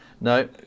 No